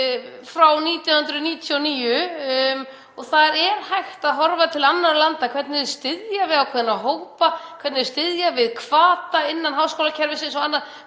frá 1999. Það er hægt að horfa til annarra landa, sjá hvernig þau styðja við ákveðna hópa, hvernig þau styðja við hvata innan háskólakerfisins og annað